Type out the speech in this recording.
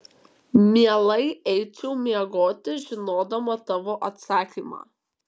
mielai eičiau miegoti žinodama tavo atsakymą